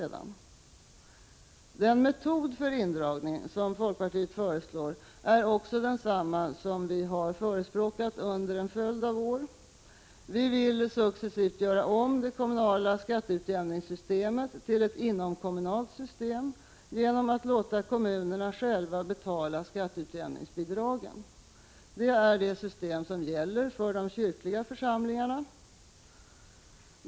Den metod för indragning som folkpartiet föreslår är också densamma som vi förespråkat under en följd av år. Vi vill successivt göra om det kommunala skatteutjämningssystemet till ett inomkommunalt system, genom att låta kommunerna själva betala skatteutjämningsbidragen. Det systemet gäller för de kyrkliga församlingarna.